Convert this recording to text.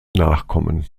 nachkommen